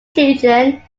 children